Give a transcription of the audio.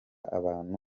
abantu